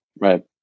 Right